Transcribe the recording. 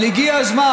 אבל הגיע הזמן.